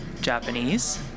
Japanese